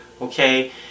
Okay